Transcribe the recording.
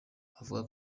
avuga